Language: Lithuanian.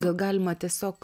gal galima tiesiog